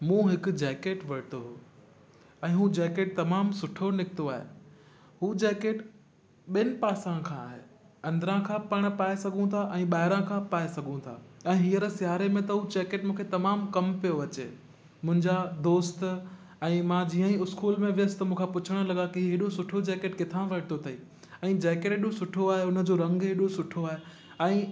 मूं हिकु जैकेट वरितो हो ऐं हू जैकेट तमामु सुठो निकितो आहे हू जैकेट ॿिनि पासां खां आहे अंदिरां खां बि पाण पाए सघूं था ऐं ॿाहिरां खां बि पाए सघूं था ऐं हीअंर सिआरे में त हू जैकेट मूंखे तमामु कमु पियो अचे मुंहिंजा दोस्त ऐं मां जीअं ई स्कूल में वियुसि त मूंखां पुछण लॻा की एॾो सुठो जैकेट किथां वरितो अथई ऐं जैकेट एॾो सुठो आहे उनजो रंगु एॾो सुठो आहे ऐं